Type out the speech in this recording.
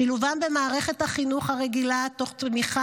שילובם במערכת החינוך הרגילה תוך תמיכה